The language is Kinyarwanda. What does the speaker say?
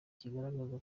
kigaragaza